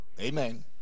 Amen